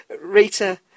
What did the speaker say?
Rita